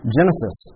Genesis